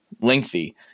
lengthy